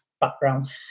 background